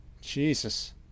Jesus